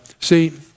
see